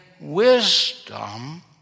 wisdom